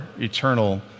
eternal